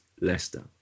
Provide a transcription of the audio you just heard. Leicester